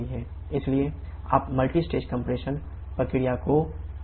इसलिए आप multistage compression के साथ है